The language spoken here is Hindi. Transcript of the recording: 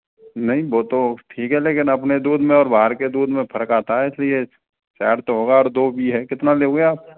नहीं वो तो ठीक है लेकिन अपने दूध में और बाहर के दूध में फ़र्क आता है इसलिए चार तो होगा और दो भी है कितना लोगे आप